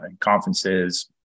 conferences